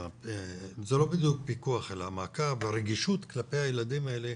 זה לא בדיוק פיקוח אלא מעקב ברגישות כלפי הילדים האלה,